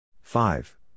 five